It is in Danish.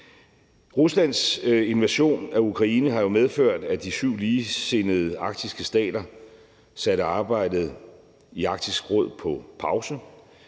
Ruslands invasion af Ukraine har jo medført, at de syv ligesindede arktiske stater har sat arbejdet i Arktisk Råd på pause.